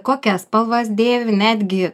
kokias spalvas dėvi netgi